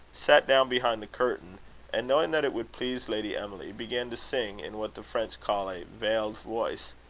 sat down behind the curtain and, knowing that it would please lady emily, began to sing, in what the french call a veiled voice,